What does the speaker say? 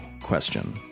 question